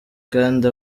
kandi